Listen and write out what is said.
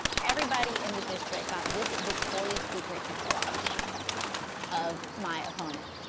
everybody in the district got this victoria's secret catalogue of my opponent.